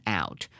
out